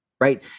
right